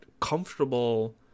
comfortable